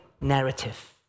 narrative